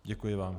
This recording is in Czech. Děkuji vám.